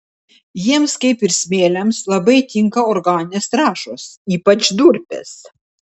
jiems kaip ir smėliams labai tinka organinės trąšos ypač durpės